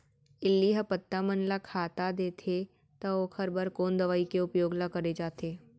इल्ली ह पत्ता मन ला खाता देथे त ओखर बर कोन दवई के उपयोग ल करे जाथे?